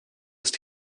ist